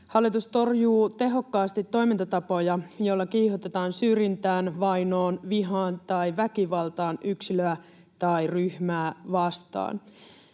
”hallitus torjuu tehokkaasti toimintatapoja, joilla kiihotetaan syrjintään, vainoon, vihaan tai väkivaltaan yksilöä tai ryhmää vastaan”.